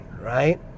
right